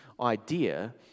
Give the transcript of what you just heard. idea